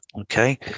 okay